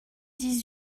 dix